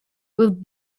which